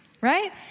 Right